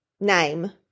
name